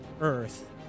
Earth